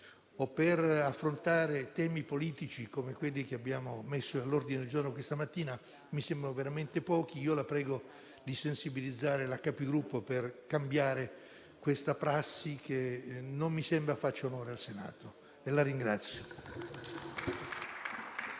o per affrontare temi politici, come quelli all'ordine del giorno questa mattina, mi sembrano veramente pochi. La prego di sensibilizzare la Conferenza dei Capigruppo per cambiare questa prassi, che non mi sembra faccia onore al Senato. La ringrazio,